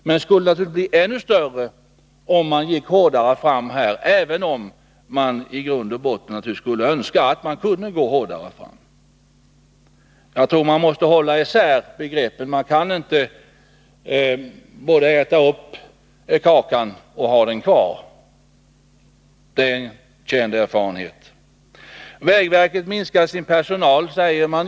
Men det skulle naturligtvis bli ännu större ifall man gick hårdare fram här, även om man skulle önska att man kunde göra det. Man måste hålla isär begreppen. Man kan inte både äta upp kakan och ha den kvar — det är en känd erfarenhet. Vägverket minskar sin personal, säger man.